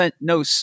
no